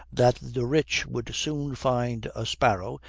that the rich would soon find a sparrow,